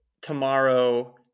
tomorrow